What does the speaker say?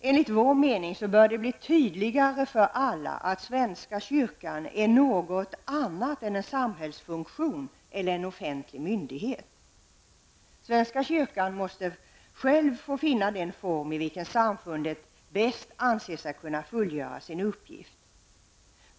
Enligt vår mening bör det bli tydligare för alla att svenska kyrkan är något annat än en samhällsfunktion eller en offentlig myndighet. Svenska kyrkan måste själv få finna den form i vilken samfundet bäst anses kunna fullgöra sin uppgift.